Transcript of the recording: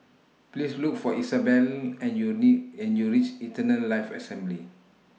Please Look For Isabelle and YOU and YOU REACH Eternal Life Assembly